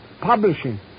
Publishing